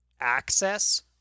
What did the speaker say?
access